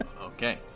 Okay